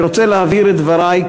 אני רוצה להבהיר את דברי,